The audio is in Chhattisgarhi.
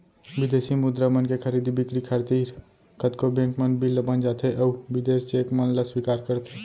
बिदेसी मुद्रा मन के खरीदी बिक्री खातिर कतको बेंक मन बिल ल भँजाथें अउ बिदेसी चेक मन ल स्वीकार करथे